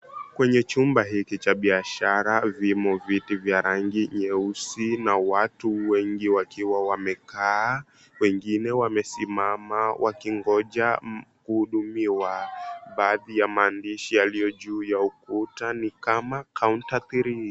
Kwenye chumba hiki cha biashara vimo viti vya rangi nyeusi na watu wengi wakiwa wamekaa wengine wamesimama wakingoja kuhudumiwa baadhi ya maandishi yaliyojuu ya ukuta ni kama counter three .